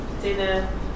dinner